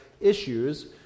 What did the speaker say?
issues